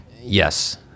Yes